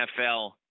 NFL